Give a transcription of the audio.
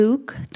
Luke